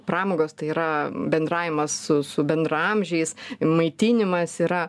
pramogos tai yra bendravimas su su bendraamžiais maitinimas yra